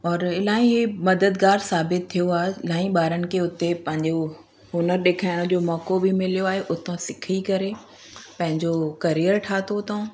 और इलाही मददगार साबित थियो आहे इलाही ॿारनि खे हुते पंहिंजो हुनर ॾेखारण जो मौक़ो बि मिलियो आहे उतां सिखी करे पंहिंजो करियर ठातो अथऊं